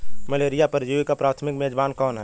Malaria परजीवी का प्राथमिक मेजबान कौन है?